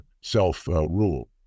self-rule